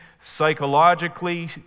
psychologically